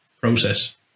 process